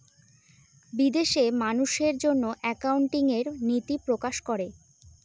বিদেশে মানুষের জন্য একাউন্টিং এর নীতি প্রকাশ করে